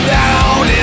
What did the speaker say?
down